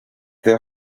there